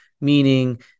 meaning